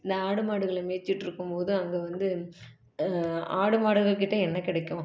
இந்த ஆடு மாடுகளை மேய்ச்சிட்ருக்கும்மோது அங்கே வந்து ஆடு மாடுகள்கிட்ட என்ன கிடைக்கும்